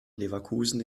leverkusen